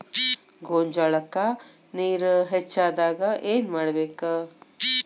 ಗೊಂಜಾಳಕ್ಕ ನೇರ ಹೆಚ್ಚಾದಾಗ ಏನ್ ಮಾಡಬೇಕ್?